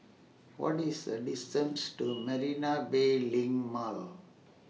What IS The distance to Marina Bay LINK Mall